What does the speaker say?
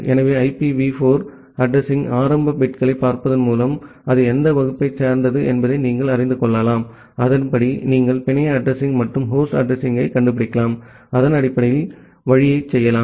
எனவே ஐபிவி 4 அட்ரஸிங்யின் ஆரம்ப பிட்களைப் பார்ப்பதன் மூலம் அது எந்த வகுப்பைச் சேர்ந்தது என்பதை நீங்கள் அறிந்து கொள்ளலாம் அதன்படி நீங்கள் பிணைய அட்ரஸிங் மற்றும் ஹோஸ்ட் அட்ரஸிங்யைக் கண்டுபிடிக்கலாம் அதன் அடிப்படையில் வழியைச் செய்யலாம்